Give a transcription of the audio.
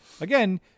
again